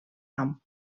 nom